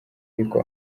ariko